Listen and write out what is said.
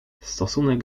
stosunek